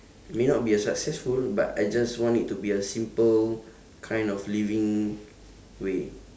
may not be a successful but I just want it to be a simple kind of living way